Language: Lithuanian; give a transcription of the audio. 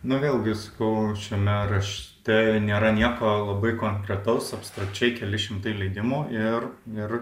na vėlgi sakau šiame rašte nėra nieko labai konkretaus abstrakčiai keli šimtai leidimų ir ir